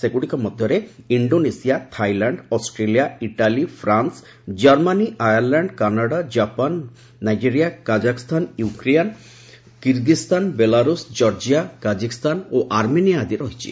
ସେଗୁଡ଼ିକ ମଧ୍ୟରେ Indonesia Thailand Australia Italy France Germany Ireland Canada Japan Nigeria Kazakhstan Ukraine Kyrgyzstan Belarus Georgia କାଜିକିସ୍ତାନ ଓ Armenia ଆଦି ରହିଛି